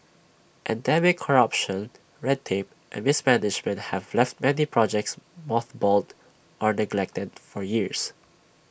endemic corruption red tape and mismanagement have left many projects mothballed or neglected for years